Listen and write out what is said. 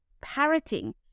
parroting